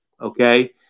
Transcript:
Okay